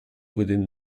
within